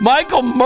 Michael